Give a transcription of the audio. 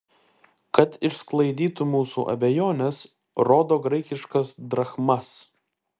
kad išsklaidytų mūsų abejones rodo graikiškas drachmas